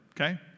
okay